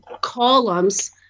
columns